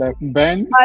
Ben